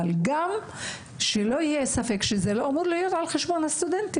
אבל שלא יהיה ספק שזה לא אמור להיות על חשבון הסטודנטים.